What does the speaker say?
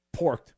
porked